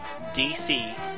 DC